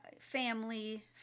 family